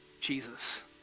Jesus